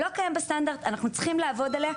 לא קיים בסטנדרט אנחנו צריכים לעבוד עליה,